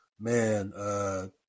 man –